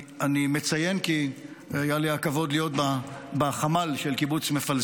אני מציין את זה כי היה לי הכבוד להיות בחמ"ל של קיבוץ מפלסים,